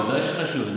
ודאי שחשובים,